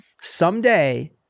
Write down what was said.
Someday